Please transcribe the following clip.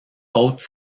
haute